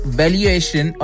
valuation